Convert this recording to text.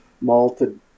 malted